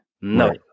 No